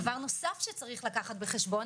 דבר נוסף שיש לקחת בחשבון